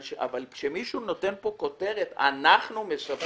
אבל כשמישהו נותן פה לגבי שיעור הריבית את הכותרת "אנחנו מסבסדים"